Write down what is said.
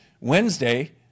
Wednesday